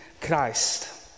Christ